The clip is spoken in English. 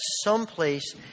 someplace